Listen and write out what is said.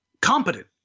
competent